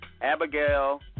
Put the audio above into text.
Abigail